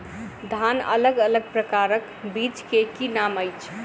धान अलग अलग प्रकारक बीज केँ की नाम अछि?